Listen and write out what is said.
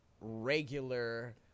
regular